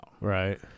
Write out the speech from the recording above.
Right